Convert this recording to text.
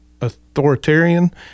authoritarian